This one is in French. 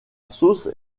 sauce